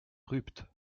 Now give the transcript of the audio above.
rupt